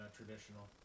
traditional